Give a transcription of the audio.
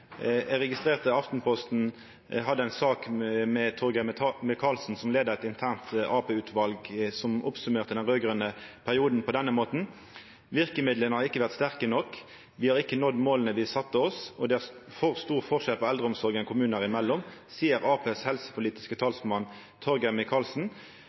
Eg registrerte at Aftenposten hadde ei sak om Torgeir Micaelsen, som leidde eit internt AP-utval, og som summerte opp den raud-grøne perioden på denne måten: «Virkemidlene har ikke vært sterke nok. Vi har ikke nådd målene vi satte oss. Og det er for stor forskjell på eldreomsorgen kommuner imellom.» Dette seier altså Arbeidarpartiets helsepolitiske